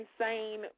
insane